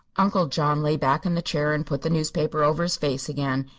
uncle john lay back in the chair and put the newspaper over his face again.